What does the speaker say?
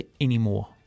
anymore